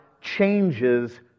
changes